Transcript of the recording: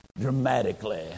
dramatically